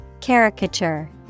Caricature